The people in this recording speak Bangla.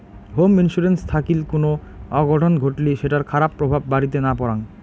হোম ইন্সুরেন্স থাকিল কুনো অঘটন ঘটলি সেটার খারাপ প্রভাব বাড়িতে না পরাং